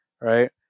right